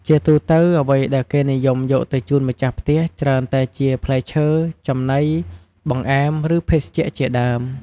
ជាទូទៅ អ្វីដែលគេនិយមយកទៅជូនម្ចាស់ផ្ទះច្រើនតែជា ផ្លែឈើ ចំណី បង្អែម ឬ ភេសជ្ជៈជាដើម។